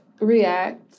React